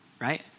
Right